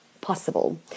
possible